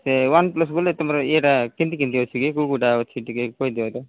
ସେ ୱାନ୍ପ୍ଲସ୍ ବୋଇଲେ ତୁମର ଏଇଟା କେମିତି କେମିତି ଅଛି କି କେଉଁ କେଉଁଟା ଅଛି ଟିକେ କହିଦିଅ ତ